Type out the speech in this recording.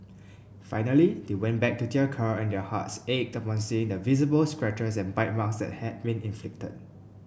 finally they went back to their car and their hearts ached upon seeing the visible scratches and bite marks that had been inflicted